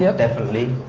yeah definitely,